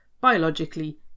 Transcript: Biologically